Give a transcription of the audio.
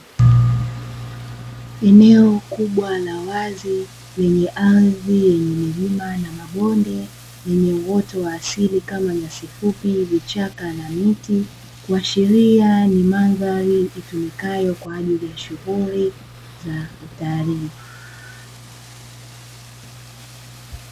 Eneo kubwa la wazi lenye ardhi yenye milima na mabonde yenye uoto wa asili kama majani mafupi, vichaka na miti kuashiria ni mandhari itumikayo kwaajili ya shughuli za utalii.